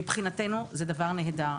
מבחינתנו, זה דבר נהדר.